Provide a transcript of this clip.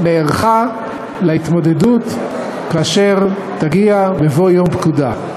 נערכה להתמודדות כאשר תגיע בבוא יום פקודה,